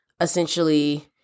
essentially